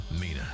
Mina